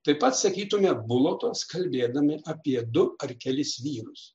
taip pat sakytume bulotos kalbėdami apie du ar kelis vyrus